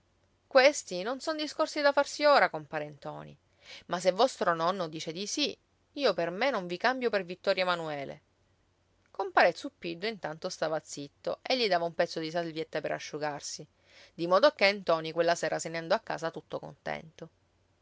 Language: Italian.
questi non son discorsi da farsi ora compare ntoni ma se vostro nonno dice di sì io per me non vi cambio per vittorio emanuele compare zuppiddu intanto stava zitto e gli dava un pezzo di salvietta per asciugarsi dimodoché ntoni quella sera se ne andò a casa tutto contento